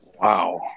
wow